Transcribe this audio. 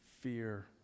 fear